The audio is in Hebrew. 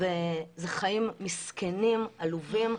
אלה חיים מסכנים, עלובים.